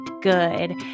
good